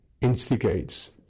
instigates